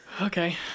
Okay